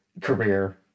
career